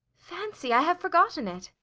fancy, i have forgotten it.